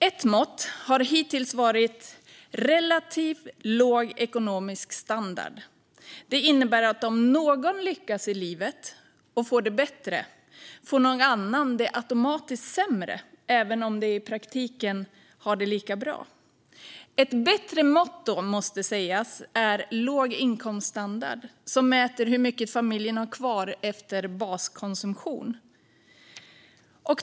Ett mått har hittills varit relativ låg ekonomisk standard. Det innebär att om någon lyckas i livet och får det bättre får någon annan det automatiskt sämre, även om de i praktiken har det lika bra. Ett bättre mått måste då sägas vara låg inkomststandard, som mäter hur mycket familjen har kvar efter baskonsumtion.